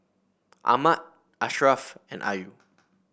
Ahmad Ashraff and Ayu